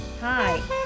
hi